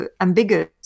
ambiguous